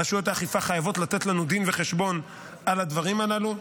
רשויות האכיפה חייבות לתת לנו דין וחשבון על הדברים הללו,